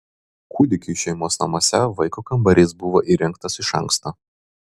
kūdikiui šeimos namuose vaiko kambarys buvo įrengtas iš anksto